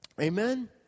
Amen